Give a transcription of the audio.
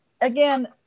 again